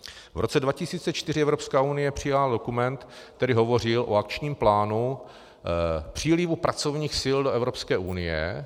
V roce 2004 Evropská unie přijala dokument, který hovořil o akčním plánu přílivu pracovních sil do Evropské unie.